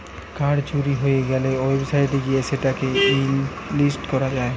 card চুরি হয়ে গ্যালে ওয়েবসাইট গিয়ে সেটা কে হটলিস্ট করা যায়